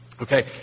Okay